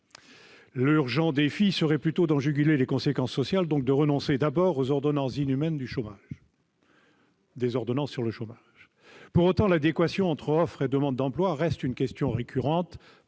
L'urgent défi serait plutôt d'en juguler les conséquences sociales, donc de renoncer d'abord aux ordonnances inhumaines sur le chômage. Pour autant, l'adéquation entre offre et demande d'emploi reste une question récurrente,